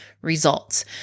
results